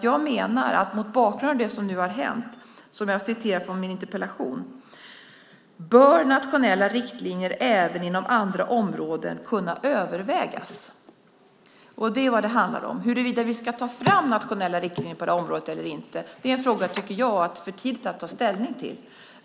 Jag menar att mot bakgrund av det som nu har hänt - nu läser jag ur min interpellation - bör nationella riktlinjer även inom andra områden kunna övervägas. Det är vad det handlar om. Huruvida vi ska ta fram nationella riktlinjer på det här området eller inte är en fråga som jag tycker att det är för tidigt att ta ställning till.